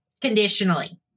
Conditionally